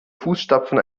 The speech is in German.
fußstapfen